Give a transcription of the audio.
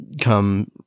come